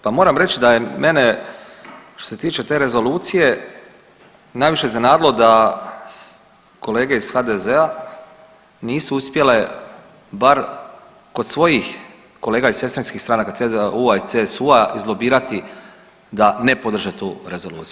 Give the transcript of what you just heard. Pa moram reći da je mene što se tiče te rezolucije najviše iznenadilo da kolege iz HDZ-a nisu uspjele bar kod svojih kolega iz sestrinskih stranaka CDU-a i CSU-a izlobirati da ne podrže tu rezoluciju.